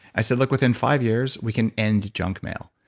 i said, look, within five years, we can end junk mail.